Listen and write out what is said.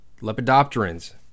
Lepidopterans